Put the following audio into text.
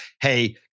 Hey